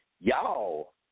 y'all